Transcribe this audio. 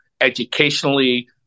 educationally